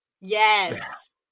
Yes